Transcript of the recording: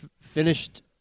Finished